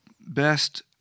best